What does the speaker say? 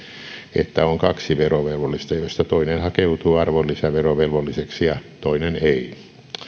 että on kaksi verovelvollista joista toinen hakeutuu arvonlisäverovelvolliseksi ja toinen ei